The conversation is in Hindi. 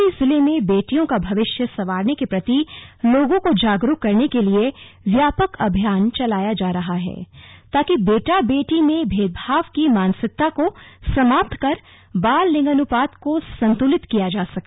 चमोली जिले में बेटियों का भविष्य संवारने के प्रति लोगों को जागरुक करने के लिये व्यापक अभियान चलाया जा रहा है ताकि बेटा बेटी में भेदभाव की मानसिकता को समाप्त कर बाल लिंगानुपात को संतुलित किया जा सके